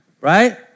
right